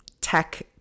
tech